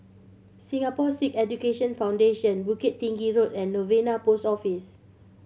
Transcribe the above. Singapore Sikh Education Foundation Bukit Tinggi Road and Novena Post Office